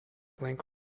blank